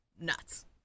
nuts